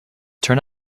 turn